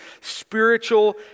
spiritual